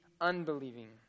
unbelieving